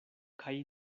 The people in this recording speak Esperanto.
kaj